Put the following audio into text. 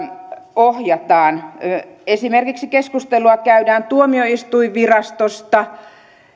ohjataan keskustelua käydään esimerkiksi tuomioistuinvirastosta